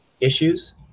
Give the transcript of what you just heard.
issues